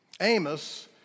Amos